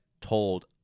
told